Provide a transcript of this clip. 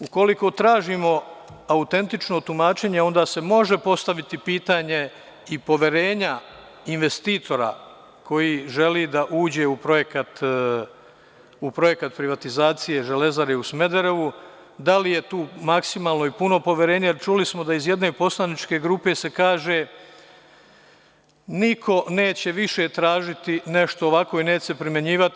Ukoliko tražimo autentično tumačenje, onda se može postaviti pitanje i poverenja investitora koji želi da uđe u projekat privatizacije Železare u Smederevu da li je tu maksimalno i puno poverenje, jer smo čuli da iz jedne poslaničke grupe se kaže – niko neće više tražiti nešto ovako i neće se primenjivati.